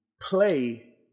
play